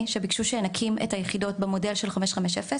שביקשו שנקים את היחידות במודל של 550,